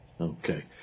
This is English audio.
Okay